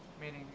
Meaning